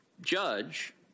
judge